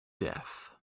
death